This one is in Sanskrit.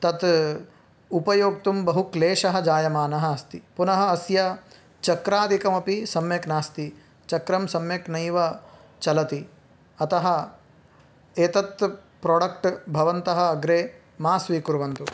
तत् उपयोक्तुं बहु क्लेशः जायमानः अस्ति पुनः अस्य चक्रादिकमपि सम्यक् नास्ति चक्रं सम्यक् नैव चलति अतः एतत् प्रोडक्ट् भवन्तः अग्रे मा स्वीकुर्वन्तु